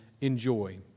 enjoy